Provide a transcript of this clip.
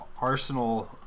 Arsenal